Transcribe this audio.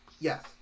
Yes